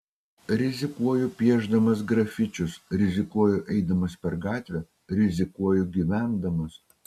rizikuoju piešdamas grafičius rizikuoju eidamas per gatvę rizikuoju gyvendamas